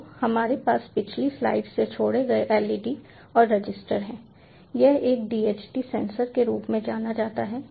तो हमारे पास पिछली स्लाइड्स से छोड़े गए LED और रजिस्टर हैं यह एक DHT सेंसर के रूप में जाना जाता है